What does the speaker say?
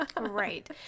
right